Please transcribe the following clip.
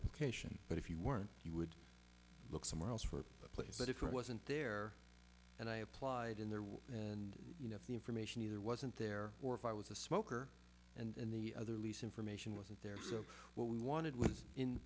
application but if you weren't you would look somewhere else for the place but if it wasn't there and i applied in there and you know if the information either wasn't there or if i was a smoker and the other lease information wasn't there so what we wanted was in